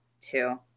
two